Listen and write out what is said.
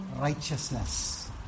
righteousness